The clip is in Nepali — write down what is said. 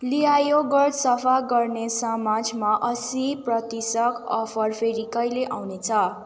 लिआयो ग्रज सफा गर्ने समझमा अस्सी प्रतिशत अफर फेरि कहिले आउनेछ